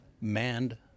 manned